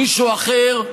מישהו אחר,